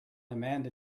amanda